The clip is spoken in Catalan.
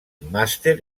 màster